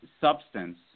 substance